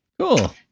Cool